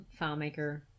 FileMaker